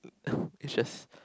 it's just